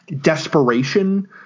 desperation